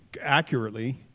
accurately